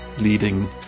leading